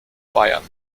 bayern